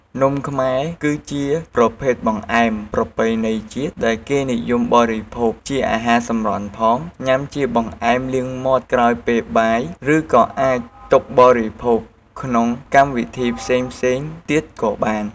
នំខ្មែរ គឺជាប្រភេទបង្អែមប្រពៃណីជាតិដែលគេនិយមបរិភោគជាអាហារសម្រន់ផង ញ៉ាំជាបង្អែមលាងមាត់ក្រោយពេលបាយ ឬក៏អាចទុកបរិភោគក្នុងកម្មវិធីផ្សេងៗទៀតក៏បាន។